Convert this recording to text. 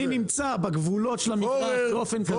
אני נמצא בגבולות של המתחם באופן כזה.